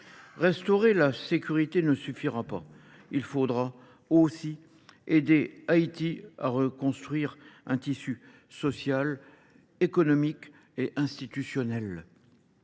restaurer la sécurité ne suffira pas. Il faudra également aider Haïti à reconstruire un tissu social, économique et institutionnel.